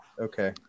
Okay